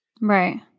Right